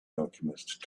alchemist